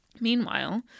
meanwhile